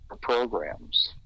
programs